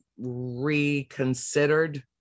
reconsidered